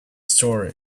story